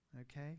okay